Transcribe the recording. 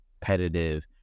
competitive